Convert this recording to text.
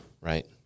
Right